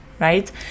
right